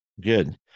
good